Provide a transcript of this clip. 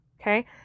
Okay